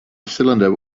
cylinder